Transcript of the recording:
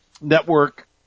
network